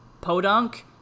podunk